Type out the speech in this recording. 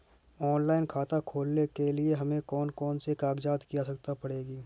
Online खाता खोलने के लिए हमें कौन कौन से कागजात की आवश्यकता पड़ेगी?